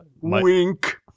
Wink